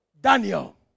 Daniel